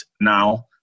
now